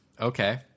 Okay